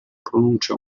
pronuncia